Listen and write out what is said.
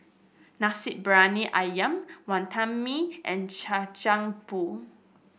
Nasi Briyani ayam Wantan Mee and Kacang Pool